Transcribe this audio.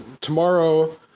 Tomorrow